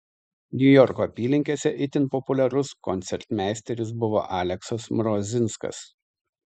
niujorko apylinkėse itin populiarus koncertmeisteris buvo aleksas mrozinskas